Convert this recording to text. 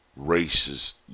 racist